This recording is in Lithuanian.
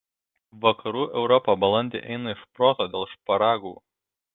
vakarų europa balandį eina iš proto dėl šparagų